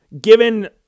given